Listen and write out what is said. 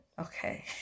okay